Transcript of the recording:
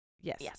Yes